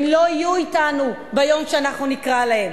הם לא יהיו אתנו ביום שאנחנו נקרא להם.